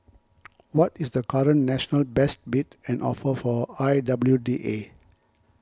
what is the current national best bid and offer for I W D A